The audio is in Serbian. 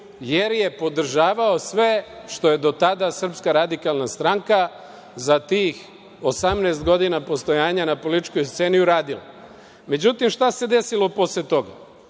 jer je podržavao sve što je do tada SRS za tih 18 godina postojanja na političkoj sceni uradila.Međutim, šta se desilo posle toga?